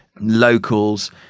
Locals